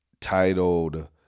titled